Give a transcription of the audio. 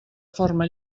forma